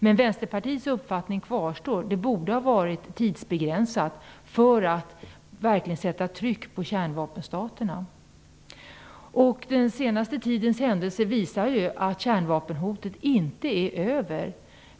Men Vänsterpartiets uppfattning kvarstår: Avtalet borde ha varit tidsbegränsat för att verkligen sätta tryck på kärnvapenstaterna. Den senaste tidens händelser visar att kärnvapenhotet inte är över.